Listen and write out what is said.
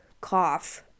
cough